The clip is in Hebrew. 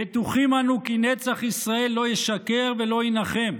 בטוחים אנו כי נצח ישראל לא ישקר ולא ינחם,